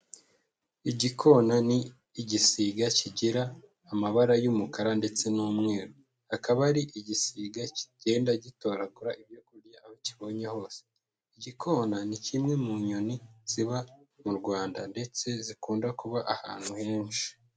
Igikona ni igisiga kigira amabara y'umukara ndetse n'umweru. Akaba ari igisiga kigenda gitoragura ibyo kurya aho kibonye hose. Igikona ni kimwe mu nyoni ziba mu Rwanda ndetse zikunda kuba ahantu henshi.